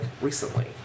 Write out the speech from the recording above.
recently